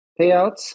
payouts